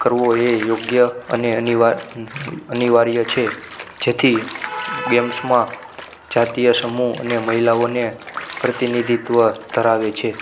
કરવો એ યોગ્ય અને અનિવાર્ય અનિવાર્ય છે જેથી ગેમ્સમાં જાતીય સમૂહ અને મહિલાઓને પ્રતિનિધિત્વ ધરાવે છે